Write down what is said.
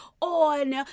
on